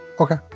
Okay